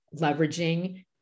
leveraging